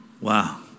Wow